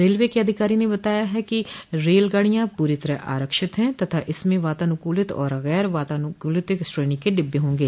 railway के अधिकारी ने बताया है कि ये रेलगाडियां पूरी तरह आरक्षित हैं तथा इसमें वातानुकूलित और गैर वातानुकूलित श्रेणी के डिब्बे होंगे